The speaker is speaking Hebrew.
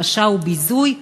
הכפשה וביזוי".